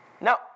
now